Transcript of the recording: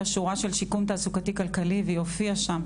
השורה של שיקום תעסוקתי כלכלי והיא הופיעה שם,